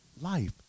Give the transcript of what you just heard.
life